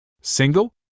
Single